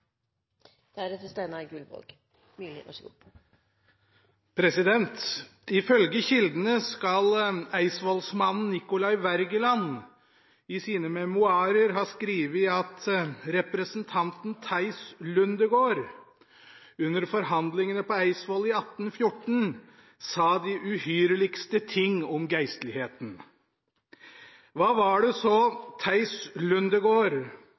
Ifølge kildene skal eidsvollsmannen Nicolai Wergeland i sine memoarer ha skrevet at representanten Teis Lundegaard – under forhandlingene på Eidsvoll i 1814 – sa de uhyrligste ting om geistligheten. Hva var det